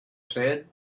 said